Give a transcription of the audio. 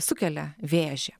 sukelia vėžį